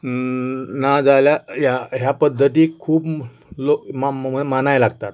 ना जाल्यार ह्या ह्या पद्दतीक खूब लो मानाय लागतात